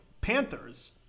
Panthers